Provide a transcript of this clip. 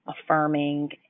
affirming